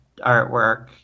artwork